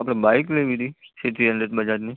આપણે બાઈક લેવી હતી સીટી હન્ડ્રેડ બજાજની